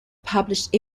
published